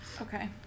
Okay